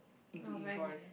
orh mine need leh